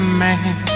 man